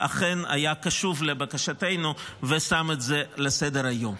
שאכן היה קשוב לבקשתנו ושם את זה על סדר-היום.